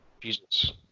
Jesus